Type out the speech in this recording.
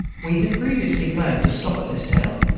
we had previously planned to stop at this town,